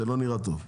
זה לא נראה טוב.